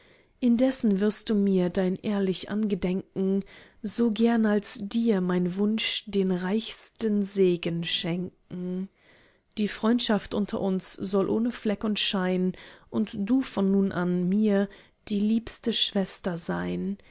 indessen wirst du mir dein ehrlich angedenken so gern als dir mein wunsch den reichsten segen schenken die freundschaft unter uns soll ohne fleck und schein und du von nun an mir die liebste schwester sein